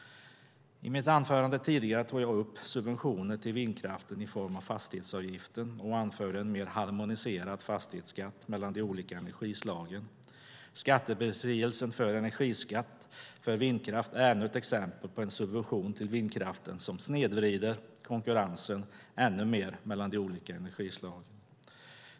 I mitt anförande tidigare tog jag upp subventioner till vindkraften i form av fastighetsavgiften och anförde en mer harmoniserad fastighetsskatt mellan de olika energislagen. Skattebefrielsen från energiskatt för vindkraft är ännu ett exempel på en subvention till vindkraften som snedvrider konkurrensen ännu mer mellan de olika energislagen.